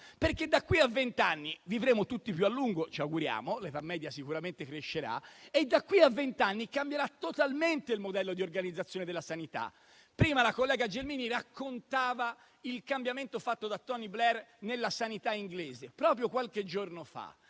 Da qui a vent'anni, infatti, vivremo tutti più a lungo, o almeno ce lo auguriamo (l'età media sicuramente crescerà) e cambierà totalmente il modello di organizzazione della sanità. Prima la collega Gelmini raccontava il cambiamento fatto da Tony Blair nella sanità inglese. Proprio qualche giorno fa